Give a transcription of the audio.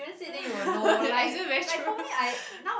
your exes very true